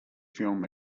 film